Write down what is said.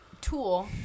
tool